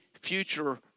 future